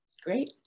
Great